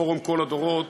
לפורום "קול הדורות",